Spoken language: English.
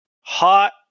Hot